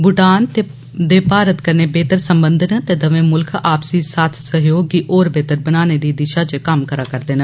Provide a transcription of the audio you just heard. भुटान दे भारत कन्नै बेहतर संबध न ते दवै मुल्ख आपसी साथ सहयोग गी होर बेहतर बनाने दी दिषा च कम्म करा'र दे न